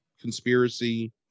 conspiracy